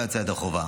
לא יצא ידי חובה.